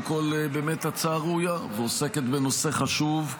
כול באמת הצעה ראויה ועוסקת בנושא חשוב.